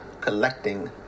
collecting